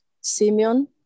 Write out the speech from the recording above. Simeon